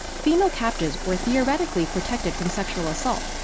female captives were theoretically protected from sexual assault,